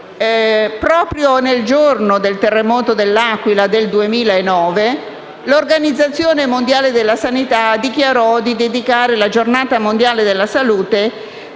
Proprio nel giorno del terremoto dell'Aquila del 2009, l'Organizzazione mondiale della sanità dichiarò di dedicare la Giornata mondiale della salute